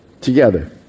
together